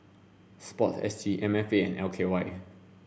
sport S G M F A and L K Y N